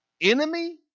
enemy